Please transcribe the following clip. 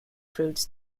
fruits